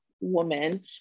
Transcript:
woman